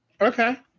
Okay